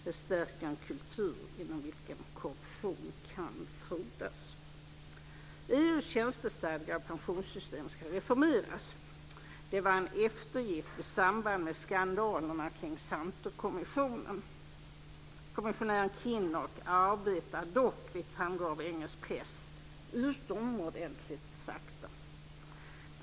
Det stärker en kultur inom vilken korruption kan frodas. EU:s tjänstestadga och pensionssystem ska reformeras. Det var en eftergift i samband med skandalerna kring Santerkommissionen. Kommissionären Kinnock arbetar dock, vilket framgår av engelsk press, utomordentligt sakta.